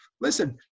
listen